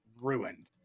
ruined